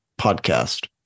podcast